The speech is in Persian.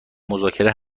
مذاکره